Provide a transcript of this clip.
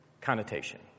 connotation